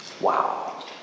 Wow